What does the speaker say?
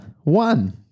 one